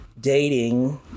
dating